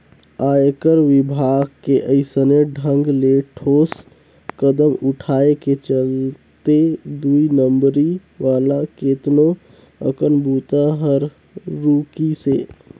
आयकर विभाग के अइसने ढंग ले ठोस कदम उठाय के चलते दुई नंबरी वाला केतनो अकन बूता हर रूकिसे